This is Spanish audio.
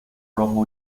rojo